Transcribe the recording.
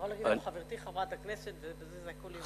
חברתי חברת הכנסת, ובזה הכול יהיה בסדר.